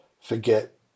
forget